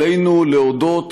עלינו להודות